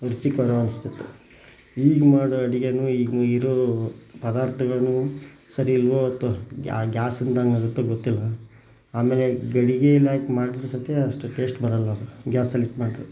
ತೃಪ್ತಿಕರ ಅನ್ನಿಸಿತ್ತು ಈಗ ಮಾಡೋ ಅಡುಗೇಲಿ ಈಗ ಇರೋ ಪದಾರ್ಥಗಳು ಸರಿ ಇಲ್ಲವೋ ಅಥವಾ ಗ್ಯಾಸಿಂದ ಹಂಗಾಗುತ್ತೋ ಗೊತ್ತಿಲ್ಲ ಆಮೇಲೆ ಗಡಿಗೆಯಲ್ಲಾಕಿ ಮಾಡಿದರೂ ಸಹಿತ ಅಷ್ಟು ಟೇಸ್ಟ್ ಬರೋಲ್ಲ ಅದು ಗ್ಯಾಸಲ್ಲಿ ಇಟ್ಟು ಮಾಡಿದ್ರೆ